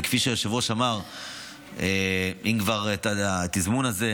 כפי שהיושב-ראש אמר, אם כבר התזמון הזה,